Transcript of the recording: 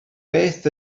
beth